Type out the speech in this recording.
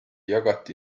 jagati